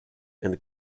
and